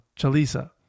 Chalisa